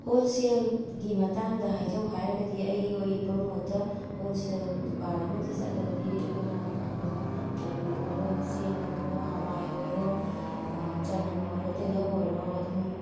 ꯍꯣꯜꯁꯦꯜꯒꯤ ꯃꯇꯥꯡꯗ ꯍꯥꯏꯖꯧ ꯍꯥꯏꯔꯒꯗꯤ ꯑꯩꯒꯤ ꯑꯣꯏꯕ ꯃꯣꯠꯇ ꯍꯣꯜꯁꯦꯜ ꯗꯨꯀꯥꯟ ꯑꯃꯗ ꯆꯠꯂꯒꯗꯤ ꯑꯩꯈꯣꯏꯅ ꯐꯪꯅꯤꯡꯕ ꯑꯂꯨ ꯑꯣꯏꯔꯣ ꯆꯦꯡ ꯑꯣꯏꯔꯣ ꯍꯋꯥꯏ ꯑꯣꯏꯔꯣ ꯆꯅꯝ ꯑꯣꯏꯔꯣ ꯇꯤꯜꯍꯧ ꯑꯣꯏꯔꯣ ꯑꯗꯨꯝ